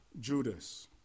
Judas